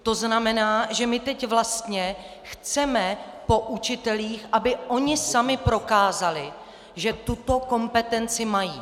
To znamená, že my teď vlastně chceme po učitelích, aby oni sami prokázali, že tuto kompetenci mají.